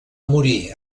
morir